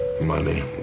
Money